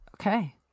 Okay